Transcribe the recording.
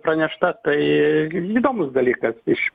pranešta tai įdomus dalykas iš